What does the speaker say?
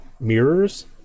Mirrors